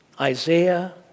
Isaiah